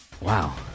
Wow